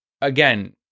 again